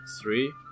three